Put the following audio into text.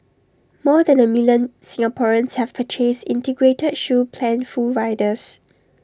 more than A million Singaporeans have purchased integrated shield plan full riders